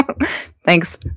Thanks